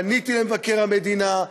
פניתי למבקר המדינה.